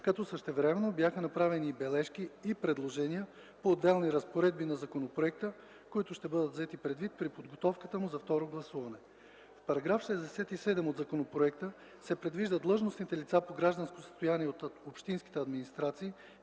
като същевременно бяха направени бележки и предложения по отделни разпоредби на законопроекта, които ще бъдат взети предвид при подготовката му за второ гласуване. В § 67 от законопроекта се предвижда длъжностните лица по гражданско състояние от общинските администрации